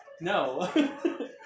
No